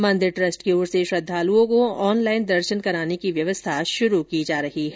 मंदिर ट्रस्ट द्वारा श्रद्वालुओं को ऑनलाइन दर्शन कराने की व्यवस्था शुरू की जा रही है